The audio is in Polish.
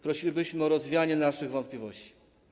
Prosilibyśmy o rozwianie naszych wątpliwości.